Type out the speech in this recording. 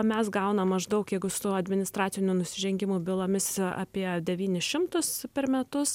mes gaunam maždaug jeigu su administracinių nusižengimų bylomis apie devynis šimtus per metus